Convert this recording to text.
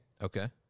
Okay